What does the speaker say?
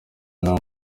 n’abo